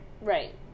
Right